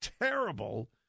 terrible